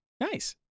Nice